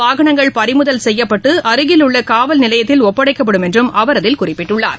வாகனங்கள் பறிமுதல் செய்யப்பட்டு இதனைமீறும் அருகில் உள்ளகாவல்நிலையத்தில் ஒப்படைக்கப்படும் என்றும் அவர் அதில் குறிப்பிட்டுள்ளார்